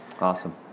Awesome